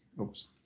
Oops